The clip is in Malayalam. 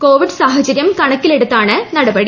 കോവിഡ് സാഹചര്യം കണക്കിലെടുത്താണ് നടപടി